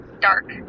dark